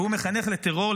והוא מחנך לטרור,